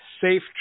safe